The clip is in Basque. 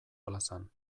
plazan